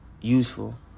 useful